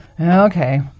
Okay